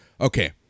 Okay